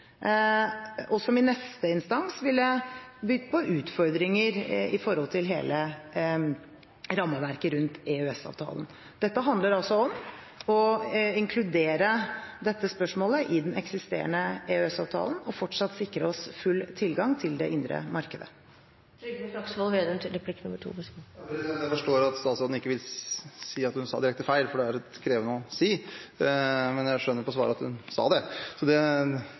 og som i neste instans ville bydd på utfordringer i forhold til hele rammeverket rundt EØS-avtalen. Dette handler altså om å inkludere dette spørsmålet i den eksisterende EØS-avtalen og fortsatt sikre oss full tilgang til det indre markedet. Jeg forstår at statsråden ikke vil si at hun sa direkte feil, for det er litt krevende å si, men jeg skjønner på svaret at hun sa det. Det